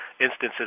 instances